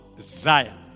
Zion